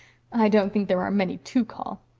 i don't think there are many to call.